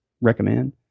recommend